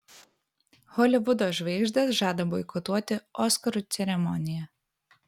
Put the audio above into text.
holivudo žvaigždės žada boikotuoti oskarų ceremoniją